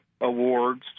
Awards